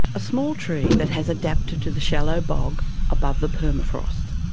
a small tree that has adapted to the shallow bog above the permafrost.